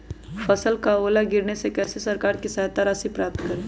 फसल का ओला गिरने से कैसे सरकार से सहायता राशि प्राप्त करें?